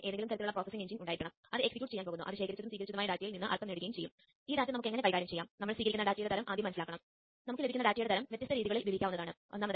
Zigbee പിന്തുണയ്ക്കുന്ന 3 വ്യത്യസ്ത തരം ഉപകരണങ്ങളാണ് ഇവ